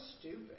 stupid